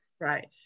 right